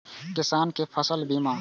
किसान कै फसल बीमा?